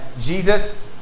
Jesus